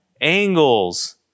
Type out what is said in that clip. angles